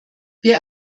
wir